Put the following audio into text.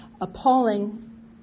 appalling